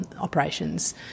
operations